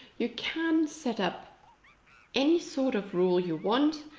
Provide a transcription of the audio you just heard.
you can set-up any sort of rule you want.